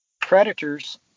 Predators